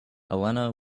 elena